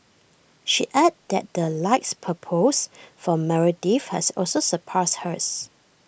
she added that the likes per post for Meredith has also surpassed hers